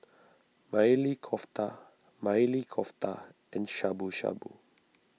Maili Kofta Maili Kofta and Shabu Shabu